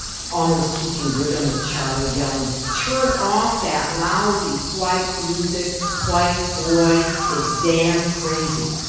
almost keeping rhythm with charlie. yelling, turn off that lousy white music, white boy. it's damn crazy.